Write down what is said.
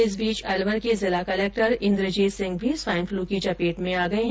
इस बीच अलवर के जिला कलेक्टर इंद्रजीत सिंह भी स्वाइन फ्लू की चपेट में आ गये हैं